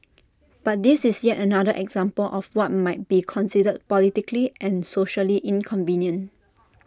but this is yet another example of what might be considered politically and socially inconvenient